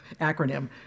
acronym